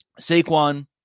Saquon